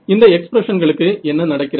இந்த எக்ஸ்பிரஸன்களுக்கு என்ன நடக்கிறது